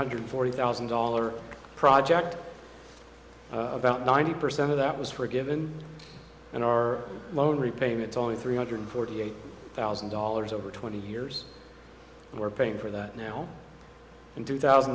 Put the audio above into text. hundred forty thousand dollars project about ninety percent of that was forgiven and our loan repayments only three hundred forty eight thousand dollars over twenty years and we're paying for that now in two thousand